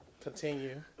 Continue